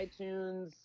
iTunes